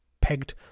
pegged